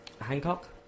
Hancock